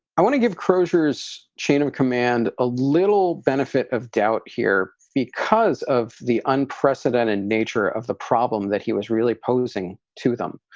i want to give closure's chain of command a little benefit of doubt here because of the unprecedented nature of the problem that he was really posing to them.